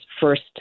first